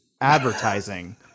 advertising